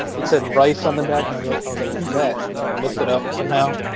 it said rice on the back, and i like i was like, who's that? so then i looked it up somehow,